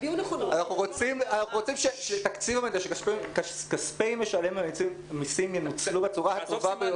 אנחנו רוצים שכספי משלם המיסים ינוצלו בצורה הטובה ביותר.